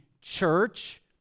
church